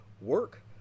work